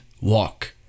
walk